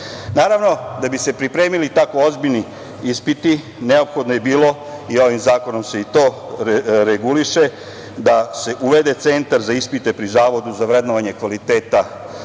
da bi se pripremili tako ozbiljni ispiti, neophodno je bilo i ovim zakonom se i to reguliše da se uvede centar za ispiti pri zavodu za vrednovanje kvaliteta